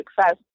success